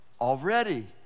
already